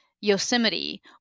yosemite